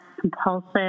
compulsive